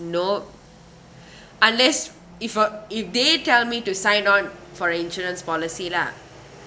no unless if uh if they tell me to sign on for a insurance policy lah